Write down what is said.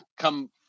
come